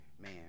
man